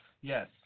Yes